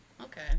okay